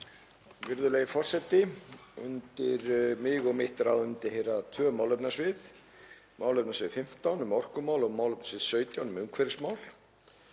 Virðulegi forseti! Undir mig og mitt ráðuneyti heyra tvö málefnasvið, málefnasvið 15 um orkumál og málefnasvið 17 um umhverfismál.